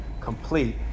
complete